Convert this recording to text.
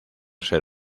ser